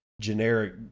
generic